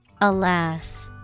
Alas